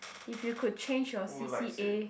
if you could change your C_C_A